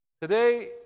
Today